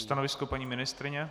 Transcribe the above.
Stanovisko paní ministryně?